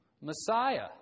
Messiah